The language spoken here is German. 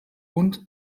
und